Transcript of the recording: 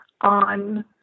on